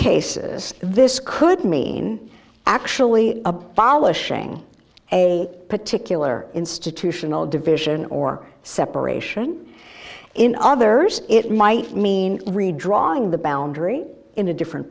cases this could mean actually abolishing a particular institutional division or separation in others it might mean redrawing the boundary in a different